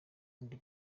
wundi